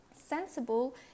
Sensible